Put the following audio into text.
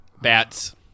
Bats